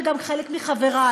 וגם חלק מחברי,